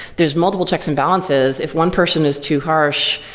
there's multiple checks and balances. if one person is too harsh,